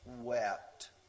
wept